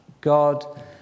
God